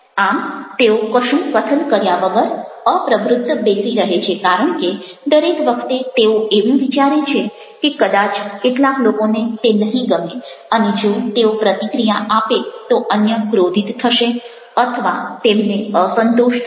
આમ તેઓ કશું કથન કર્યા વગર અપ્રવ્રુત્ત બેસી રહે છે કારણ કે દરેક વખતે તેઓ એવું વિચારે છે કે કદાચ કેટલાક લોકોને તે નહિ ગમે અને જો તેઓ પ્રતિક્રિયા આપે તો અન્ય ક્રોધિત થશે અથવા તેમને અસંતોષ થશે